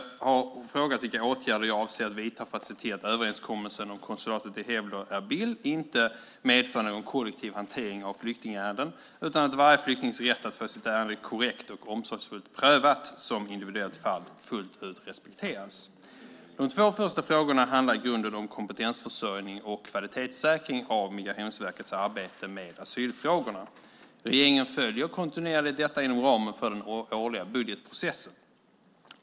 Slutligen har Amineh Kakabaveh frågat vilka åtgärder jag avser att vidta för att se till att överenskommelsen om konsulatet i Hewler/Erbil inte medför någon kollektiv hantering av flyktingärenden utan att varje flyktings rätt att få sitt ärende korrekt och omsorgsfullt prövat som individuellt fall fullt ut respekteras. De två första frågorna handlar i grunden om kompetensförsörjning och kvalitetssäkring av Migrationsverkets arbete med asylfrågorna. Regeringen följer kontinuerligt detta inom ramen för den årliga budgetprocessen.